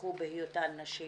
נרצחו בהיותן נשים